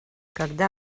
когда